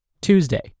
Tuesday